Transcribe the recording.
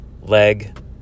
leg